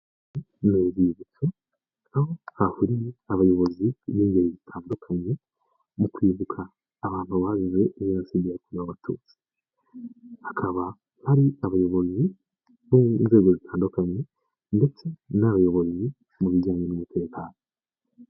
N'urwibutso aho hahuriye abayobozi b'ingeri zitandukanye mu kwibuka abantu bazize jenoside yakorewe abatutsi, hakaba hari abayobozi bo mu nzego zitandukanye ndetse n'abayobozi mu bijyanye n'umutekano.